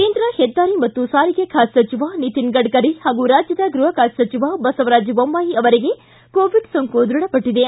ಕೇಂದ್ರ ಹೆದ್ದಾರಿ ಮತ್ತು ಸಾರಿಗೆ ಖಾತೆ ಸಚಿವ ನಿತಿನ್ ಗಡ್ಡರಿ ಹಾಗೂ ರಾಜ್ಯದ ಗೃಹ ಖಾತೆ ಸಚಿವ ಬಸವರಾಜ ಬೊಮ್ಮಾಯಿ ಅವರಿಗೆ ಕೋವಿಡ್ ಸೋಂಕು ದೃಢಪಟ್ಟದೆ